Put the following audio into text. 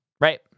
right